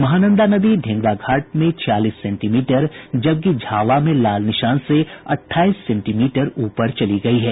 महानंदा नदी ढेंगरा घाट में छियालीस सेंटीमीटर जबकि झाबा में लाल निशान से अठाईस सेंटीमीटर ऊपर चली गयी है